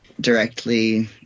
directly